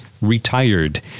Retired